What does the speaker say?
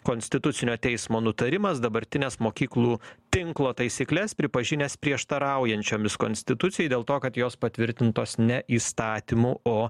konstitucinio teismo nutarimas dabartines mokyklų tinklo taisykles pripažinęs prieštaraujančiomis konstitucijai dėl to kad jos patvirtintos ne įstatymu o